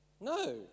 No